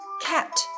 Cat